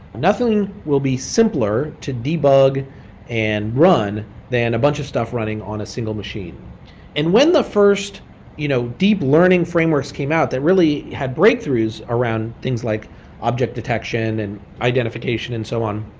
nothing will be simpler to debug and run than a bunch of stuff running on a single machine and when the first you know deep learning frameworks came out that really had breakthroughs around things like object detection and identification and so on,